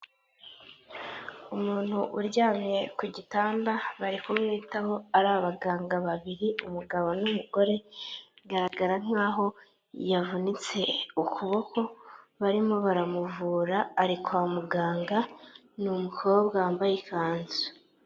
Umuntu uryamye ku gitanda bari kumwitaho ari abaganga babiri, umugabo n'umugore, bigaragara nkaho yavunitse ukuboko barimo baramuvura, ari kwa muganga ni umukobwa wambaye ikanzu.